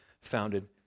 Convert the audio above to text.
founded